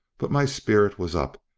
but my spirit was up,